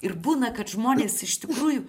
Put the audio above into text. ir būna kad žmonės iš tikrųjų